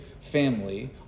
family